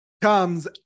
comes